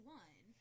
one